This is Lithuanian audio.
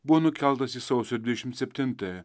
buvo nukeltas į sausio dvidešim septintąją